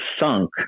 sunk